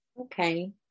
Okay